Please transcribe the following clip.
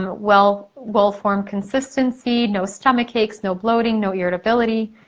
well well formed consistency, no stomachaches, no bloating, no irritability,